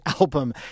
album